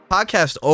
Podcast